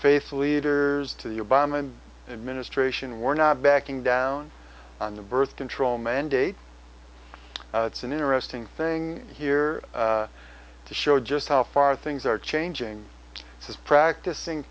faith leaders to the obama administration we're not backing down on the birth control mandate it's an interesting thing here to show just how far things are changing says practicing